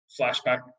flashback